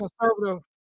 conservative